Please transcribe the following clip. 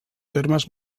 termes